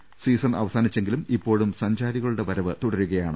കുറിഞ്ഞി season അവസാനിച്ചെങ്കിലും ഇപ്പോഴും സഞ്ചാരികളുടെ വരവ് തുടരുകയാണ്